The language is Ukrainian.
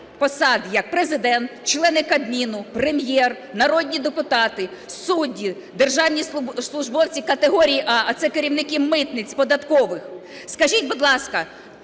посад, як Президент, члени Кабміну, Прем'єр, народні депутати, судді, державні службовці категорії "А", а це керівники митниць, податкових. Скажіть, будь ласка,